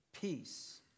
peace